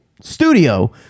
studio